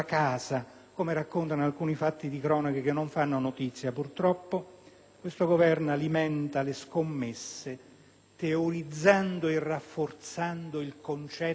fanno notizia, alimenta le scommesse teorizzando e rafforzando il concetto di Stato biscazziere.